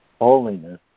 holiness